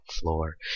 floor